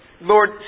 Lord